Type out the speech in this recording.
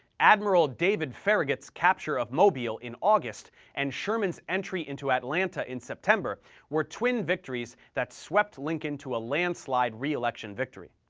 admiral david farragut's capture of mobile in august and sherman's entry into atlanta in september were twin victories that swept lincoln to a landslide re-election victory.